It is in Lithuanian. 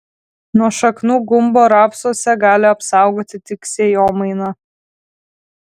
nuo šaknų gumbo rapsuose gali apsaugoti tik sėjomaina